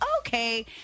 okay